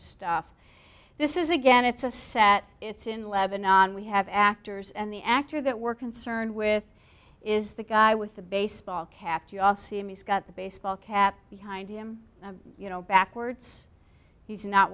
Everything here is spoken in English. stuff this is again it's a set it's in lebannon we have actors and the actor that we're concerned with is the guy with the baseball cap off he's got the baseball cap behind him you know backwards he's not